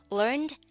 learned